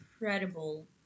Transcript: incredible